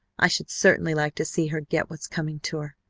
i should certainly like to see her get what's coming to her!